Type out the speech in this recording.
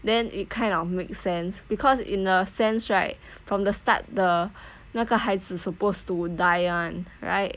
then it kind of makes sense because in a sense right from the start the 那个孩子 supposed to die [one] right